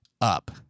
up